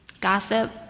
Gossip